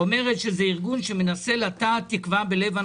הכול נמצא בכתב התביעה בבית הדין